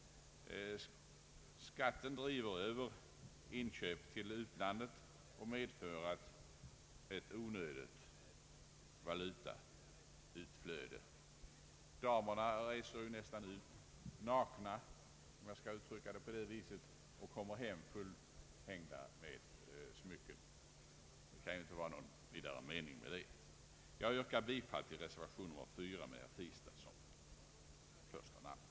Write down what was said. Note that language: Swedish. Skatten driver över inköpen till utlandet och medför ett onödigt valutautflöde. Många damer reser ut nästan nakna, om jag får uttrycka mig på det viset, och kommer hem fullhängda med guldarmband och andra smycken. Det kan inte vara någon mening med det. Herr talman! Jag yrkar bifall till reservation 4 med herr Tistad som första namn.